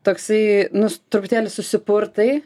toksai nus truputėlį susipurtai